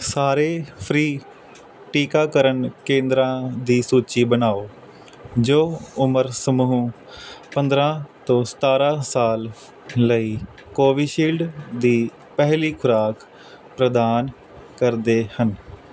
ਸਾਰੇ ਫ੍ਰੀ ਟੀਕਾਕਰਨ ਕੇਂਦਰਾਂ ਦੀ ਸੂਚੀ ਬਣਾਓ ਜੋ ਉਮਰ ਸਮੂਹ ਪੰਦਰ੍ਹਾਂ ਤੋਂ ਸਤਾਰ੍ਹਾਂ ਸਾਲ ਲਈ ਕੋਵਿਸ਼ਿਲਡ ਦੀ ਪਹਿਲੀ ਖੁਰਾਕ ਪ੍ਰਦਾਨ ਕਰਦੇ ਹਨ